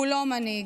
הוא לא מנהיג.